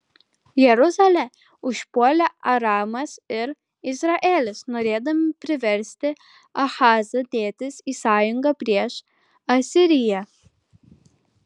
jeruzalę užpuolė aramas ir izraelis norėdami priversti ahazą dėtis į sąjungą prieš asiriją